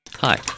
Hi